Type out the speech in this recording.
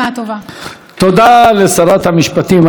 תודה לשרת המשפטים איילת שקד.